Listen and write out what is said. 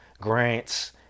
grants